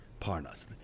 Parnas